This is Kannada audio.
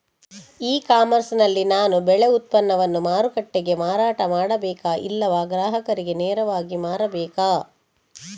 ಇ ಕಾಮರ್ಸ್ ನಲ್ಲಿ ನಾನು ಬೆಳೆ ಉತ್ಪನ್ನವನ್ನು ಮಾರುಕಟ್ಟೆಗೆ ಮಾರಾಟ ಮಾಡಬೇಕಾ ಇಲ್ಲವಾ ಗ್ರಾಹಕರಿಗೆ ನೇರವಾಗಿ ಮಾರಬೇಕಾ?